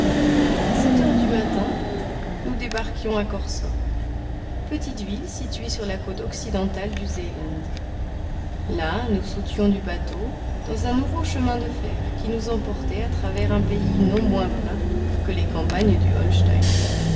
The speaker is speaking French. a sept heures du matin nous débarquions à korsor petite ville située sur la côte occidentale du seeland là nous sautions du bateau dans un nouveau chemin de fer qui nous emportait à travers un pays non moins plat que les campagnes du holstein